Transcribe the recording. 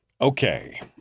Okay